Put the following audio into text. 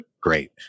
Great